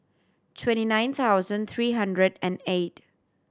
twenty nine thousand three hundred and eight